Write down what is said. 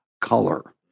color